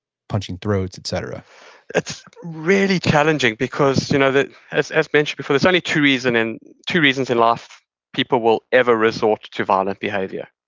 punching throats, et cetera it's really challenging because you know as as mentioned before, there's only two reasons and two reasons in life people will ever resort to violent behavior.